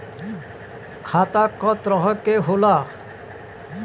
खाता क तरह के होला?